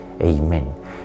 Amen